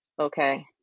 okay